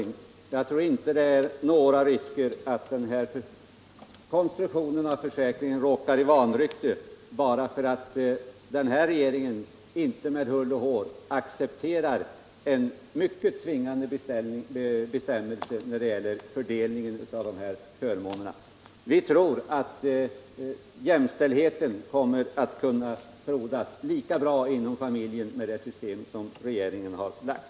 Herr talman! Nej, herr Aspling, jag tror inte det finns någon risk för att föräldraförsäkringen råkar i vanrykte bara för att den här regeringen inte accepterar en tvingande bestämmelse när det gäller fördelningen av förmånerna. Vi tror att jämställdheten inom familjen kan frodas lika bra med det system som regeringen har föreslagit.